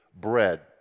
bread